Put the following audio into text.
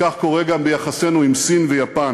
כך קורה גם ביחסינו עם סין ויפן.